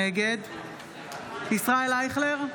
נגד ישראל אייכלר,